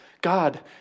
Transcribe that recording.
God